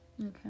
okay